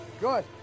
Good